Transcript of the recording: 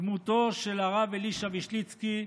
דמותו של הרב אלישע וישליצקי,